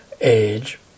age